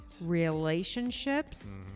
relationships